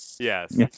Yes